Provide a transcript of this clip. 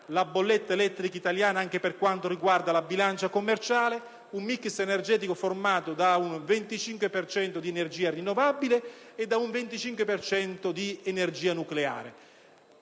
la bolletta elettrica italiana, anche per quanto riguarda la bilancia commerciale: un *mix* energetico formato dal 25 per cento di energia rinnovabile e dal 25 per cento di energia nucleare.